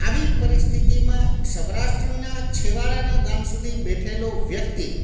આવી પરિસ્થિતિમાં સૌરાષ્ટ્રના છેવાડાના ગામ સુધી બેઠેલો વ્યક્તિ